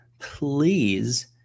please